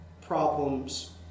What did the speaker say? problems